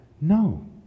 no